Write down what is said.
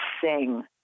sing